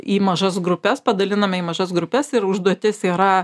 į mažas grupes padaliname į mažas grupes ir užduotis yra